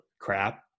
crap